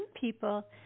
people